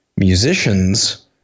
musicians